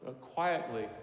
quietly